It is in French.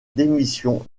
démission